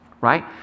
right